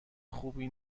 خوبی